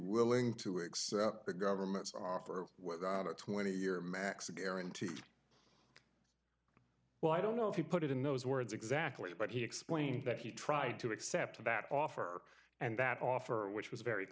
willing to accept the government's offer a twenty year max a guarantee well i don't know if you put it in those words exactly but he explained that he tried to accept that offer and that offer which was very